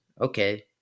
Okay